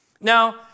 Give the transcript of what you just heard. Now